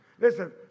Listen